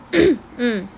mm